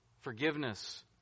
forgiveness